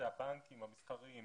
אלה הם הבנקים המסחריים,